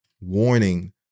warning